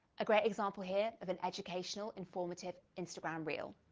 a great example here of an educational, informative, instagram reel.